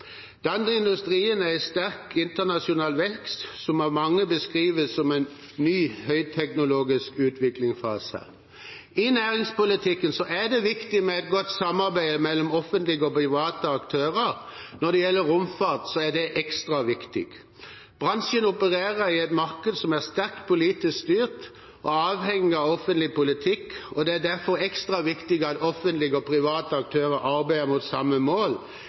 Denne industrien er i sterk internasjonal vekst, som av mange beskrives som en ny høyteknologisk utviklingsfase. I næringspolitikken er det viktig med et godt samarbeid mellom offentlige og private aktører. Når det gjelder romfart, er det ekstra viktig. Bransjen opererer i et marked som er sterkt politisk styrt, og er avhengig av offentlig politikk. Det er derfor ekstra viktig at offentlige og private aktører arbeider mot samme mål